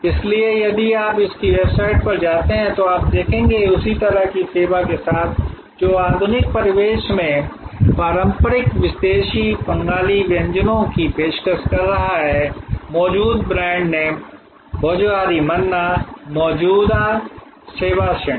इसलिए यदि आप उनकी वेबसाइट पर जाते हैं तो आप देखेंगे कि उसी तरह की सेवा के साथ जो आधुनिक परिवेश में पारंपरिक विदेशी बंगाली व्यंजनों की पेशकश कर रहा है मौजूदा ब्रांड नाम भोजहोरी मन्ना मौजूदा सेवा श्रेणी